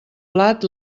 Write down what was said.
plat